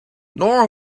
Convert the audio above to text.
nora